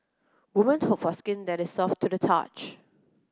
woman hope for skin that is soft to the touch